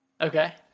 Okay